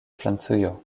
francujo